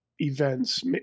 Events